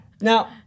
Now